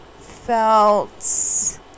felt